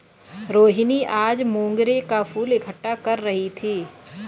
रोहिनी आज मोंगरे का फूल इकट्ठा कर रही थी